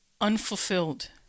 unfulfilled